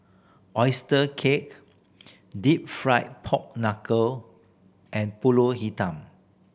oyster cake Deep Fried Pork Knuckle and Pulut Hitam